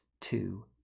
two